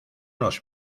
los